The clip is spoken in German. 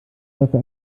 dafür